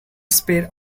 spare